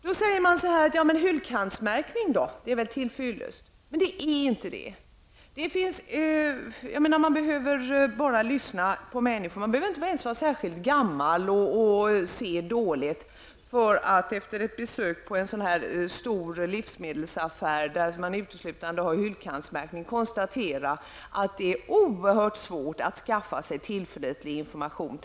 Då säger man: Men hyllkantsmärkning är väl till fyllest? Det är inte det. Man behöver inte vara särskilt gammal och se dåligt för att konstatera vid ett besök i en stor livsmedelsaffär, där det uteslutande finns hyllkantsmärkning, att det är oerhört svårt att på det sättet skaffa sig tillförlitlig information.